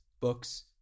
books